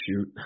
shoot